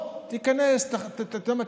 בוא, תיכנס, אתה יודע מה?